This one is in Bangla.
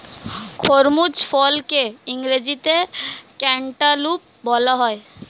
খরমুজ ফলকে ইংরেজিতে ক্যান্টালুপ বলা হয়